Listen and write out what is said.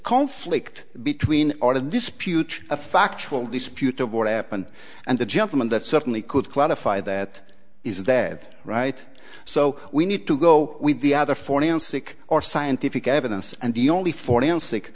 conflict between the dispute a factual dispute over what happened and the gentleman that certainly could qualify that is that right so we need to go with the other forty and sick or scientific evidence and the only forty and sick